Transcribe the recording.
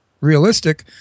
realistic